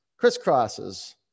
crisscrosses